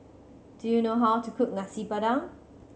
do you know how to cook Nasi Padang